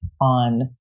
on